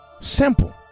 simple